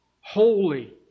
holy